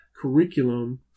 curriculum